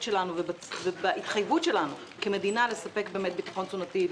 שלנו ובהתחייבות שלנו כמדינה לספק ביטחון תזונתי.